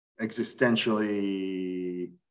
existentially